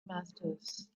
masters